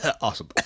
awesome